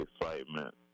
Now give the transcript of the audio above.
excitement